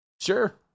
Sure